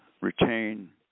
retain